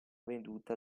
veduta